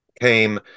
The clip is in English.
came